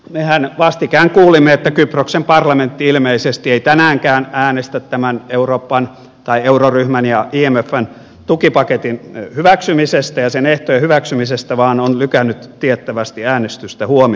mehän vastikään kuulimme että kyproksen parlamentti ilmeisesti ei tänäänkään äänestä tämän euroryhmän ja imfn tukipaketin hyväksymisestä ja sen ehtojen hyväksymisestä vaan on lykännyt tiettävästi äänestystä huomiseksi